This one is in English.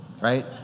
right